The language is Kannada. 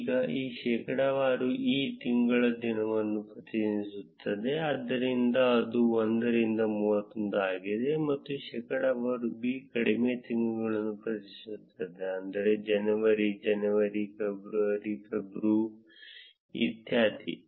ಈಗ ಇಲ್ಲಿ ಶೇಕಡಾವಾರು e ತಿಂಗಳ ದಿನವನ್ನು ಪ್ರತಿನಿಧಿಸುತ್ತದೆ ಆದ್ದರಿಂದ ಅದು 1 ರಿಂದ 31 ಆಗಿದೆ ಮತ್ತು ಶೇಕಡಾವಾರು b ಕಡಿಮೆ ತಿಂಗಳುಗಳನ್ನು ಪ್ರತಿನಿಧಿಸುತ್ತದೆ ಅಂದರೆ ಜನವರಿ ಜನವರಿ ಫೆಬ್ರವರಿ ಫೆಬ್ರು ಇತ್ಯಾದಿ